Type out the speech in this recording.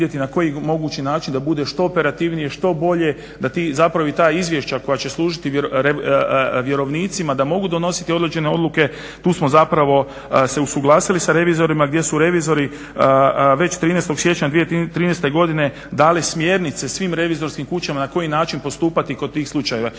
na koji mogući način da bude što operativnije, što bolje, da ti i zapravo i ta izvješća koja će služiti vjerovnicima da mogu donositi određene odluke tu smo zapravo se usuglasili sa revizorima gdje su revizori već 13. siječnja 2013. Godine dali smjernice svim revizorskim kućama na koji način postupati kod tih slučajeva.